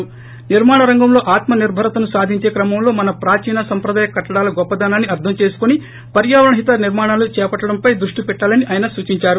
నీర్మాణరంగంలో ఆత్మ నిర్బరతను సాధించే క్రమంలో మన ప్రాచీన సంప్రదాయ కట్టడాల గొప్పదనాన్ని అర్ధం చేసుకుని పర్యావరణహిత నిర్మాణాలు చేపట్టడంపై ద్బష్టిపెట్టాలని ఆయిన సూచించారు